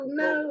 no